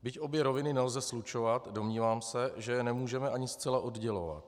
Byť obě roviny nelze slučovat, domnívám se, že je nemůžeme ani zcela oddělovat.